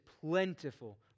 plentiful